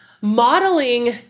Modeling